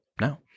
now